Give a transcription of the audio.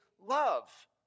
love